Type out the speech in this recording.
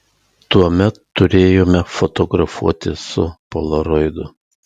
tuomet turėjome fotografuoti su polaroidu